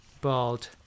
bald